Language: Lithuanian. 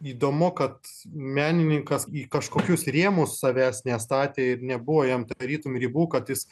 įdomu kad menininkas į kažkokius rėmus savęs nestatė ir nebuvo jam tarytum ribų kad jis